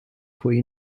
cui